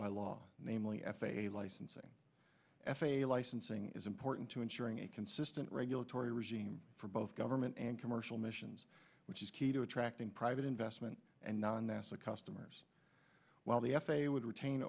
by law namely f a a licensing f a a licensing is important to ensuring a consistent regulatory regime for both government and commercial missions which is key to attracting private investment and non nasa customers while the f a a would retain